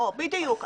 בדיוק.